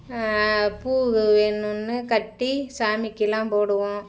பூ வேணும்ன்னு கட்டி சாமிக்கெலாம் போடுவோம்